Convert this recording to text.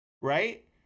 right